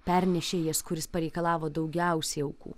pernešėjas kuris pareikalavo daugiausiai aukų